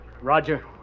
Roger